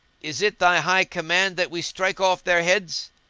is it thy high command that we strike off their heads?